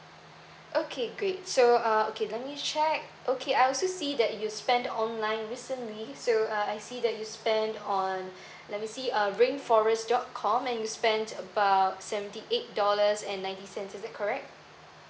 okay great so uh okay let me check okay I also see that you spend online recently so uh I see that you spend on let me see uh rainforest dot com and you spent about seventy eight dollars and ninety cents is that correct